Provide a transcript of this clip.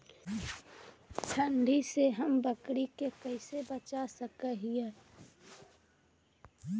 ठंडी से हम बकरी के कैसे बचा सक हिय?